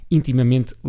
intimamente